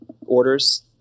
orders